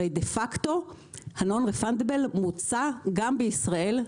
הרי דה פקטו ה- non-refundableמוצע גם בישראל.